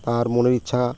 তার মনের ইচ্ছা